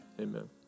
amen